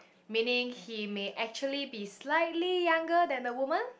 meaning he may actually be slightly younger than the woman